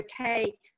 okay